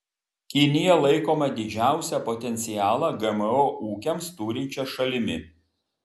kinija laikoma didžiausią potencialą gmo ūkiams turinčia šalimi